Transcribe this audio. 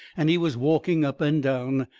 and he was walking up and down.